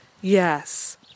yes